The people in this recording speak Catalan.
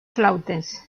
flautes